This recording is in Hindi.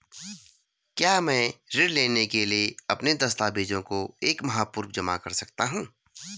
क्या मैं ऋण लेने के लिए अपने दस्तावेज़ों को एक माह पूर्व जमा कर सकता हूँ?